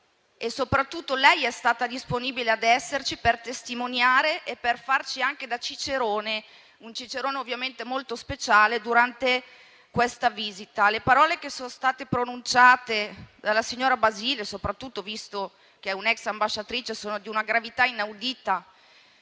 e soprattutto lei è stata disponibile ad esserci, per testimoniare e per farci da Cicerone durante la visita, un Cicerone ovviamente molto speciale. Le parole che sono state pronunciate dalla signora Basile, soprattutto visto che è un'ex ambasciatrice, sono di una gravità inaudita,